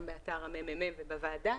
גם באתר הממ"מ והוועדה